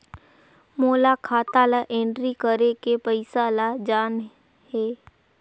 मोला खाता ला एंट्री करेके पइसा ला जान हे?